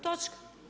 Točka.